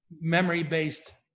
memory-based